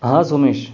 हाच उमेश